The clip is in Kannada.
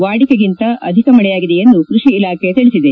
ವಾಡಿಕೆಗಿಂತ ಅಧಿಕ ಮಳೆಯಾಗಿದೆ ಎಂದು ಕೃಷಿ ಇಲಾಖೆ ತಿಳಿಸಿದೆ